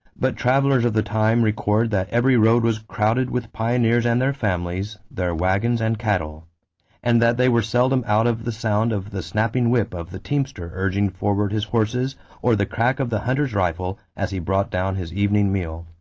but travelers of the time record that every road was crowded with pioneers and their families, their wagons and cattle and that they were seldom out of the sound of the snapping whip of the teamster urging forward his horses or the crack of the hunter's rifle as he brought down his evening meal.